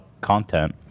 content